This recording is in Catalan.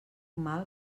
mal